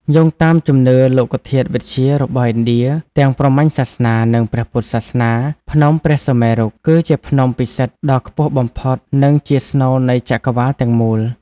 យោងតាមជំនឿលោកធាតុវិទ្យារបស់ឥណ្ឌា ទាំងព្រហ្មញ្ញសាសនា និងព្រះពុទ្ធសាសនា ភ្នំព្រះសុមេរុ គឺជាភ្នំពិសិដ្ឋដ៏ខ្ពស់បំផុត និងជាស្នូលនៃចក្រវាឡទាំងមូល។